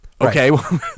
Okay